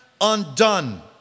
undone